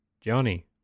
Johnny